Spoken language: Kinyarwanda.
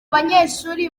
banyeshuri